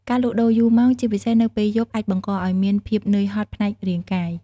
ការលក់ដូរយូរម៉ោង ជាពិសេសនៅពេលយប់ អាចបង្កឱ្យមានភាពនឿយហត់ផ្នែករាងកាយ។